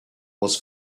was